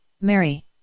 Mary